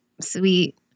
sweet